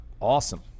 Awesome